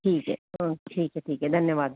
ठीक है ठीक है ठीक है धन्यावाद